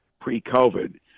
Pre-COVID